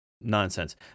nonsense